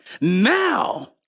Now